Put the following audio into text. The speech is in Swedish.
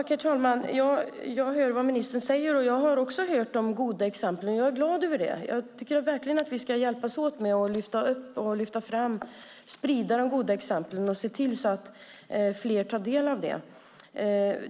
Herr talman! Jag hör vad ministern säger och jag har också hört om goda exempel. Jag är glad över det. Jag tycker verkligen att vi ska hjälpas åt att lyfta fram och sprida de goda exemplen och se till att fler tar del av dem.